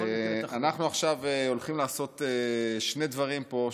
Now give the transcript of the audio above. אנחנו הולכים לעשות שני דברים פה,